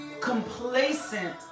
complacent